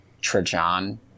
Trajan